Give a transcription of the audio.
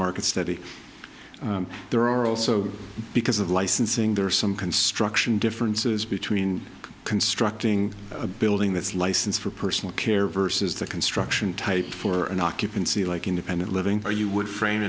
market study there are also because of licensing there are some construction differences between constructing a building that's license for personal care versus the construction type for an occupancy like independent living or you would frame